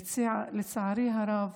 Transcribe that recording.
לצערי הרב,